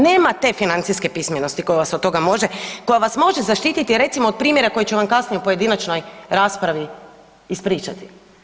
Nema te financijske pismenosti koja vas od toga može, koja vas može zaštititi recimo od primjera koji ću vam kasnije u pojedinačnoj raspravi ispričati.